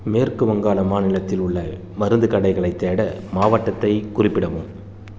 மேற்கு வங்காள மாநிலத்தில் உள்ள மருந்துக் கடைகளைத் தேட மாவட்டத்தைக் குறிப்பிடவும்